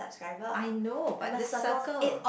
I know but this settle